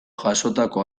jasotako